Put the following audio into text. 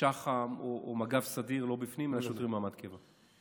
שח"מ או מג"ב סדיר, לא בפנים, אלא שוטרי מעמד קבע.